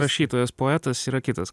rašytojas poetas yra kitas